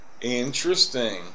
Interesting